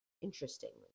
Interestingly